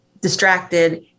distracted